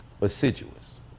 assiduous